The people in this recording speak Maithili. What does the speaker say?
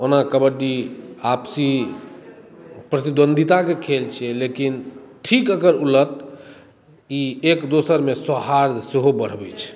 ओना कबड्डी आपसी प्रतिद्वंदिता के खेल छियै लेकिन ठीक एकर उलट ई एक दोसरा मे सोहाद्र सेहो बढ़बै छै